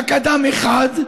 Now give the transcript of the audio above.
רק אדם אחד,